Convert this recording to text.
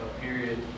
period